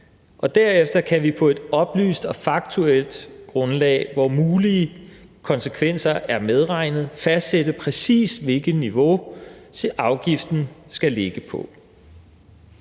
derefter kan vi på et oplyst og faktuelt grundlag, hvor mulige konsekvenser er medregnet, fastsætte, præcis hvilket niveau afgiften skal ligge på.